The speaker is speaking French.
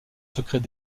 secrets